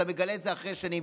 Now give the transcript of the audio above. ואתה מגלה את זה אחרי שנים,